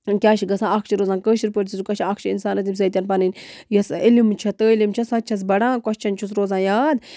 کیٛاہ چھُ گژھان اَکھ چھِ روز کٲشِر پٲٹھۍ تہِ سُہ کوسچن اَکھ چھِ اِنسانَس تَمہِ سۭتٮ۪ن پَنٕنۍ یۄسہٕ علم چھےٚ تعلیم چھےٚ سۄ تہِ چھَس بَڈان کۄسچن چھُس روزان یاد